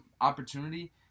opportunity